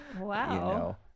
Wow